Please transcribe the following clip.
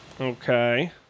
Okay